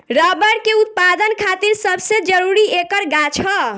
rubber के उत्पदान खातिर सबसे जरूरी ऐकर गाछ ह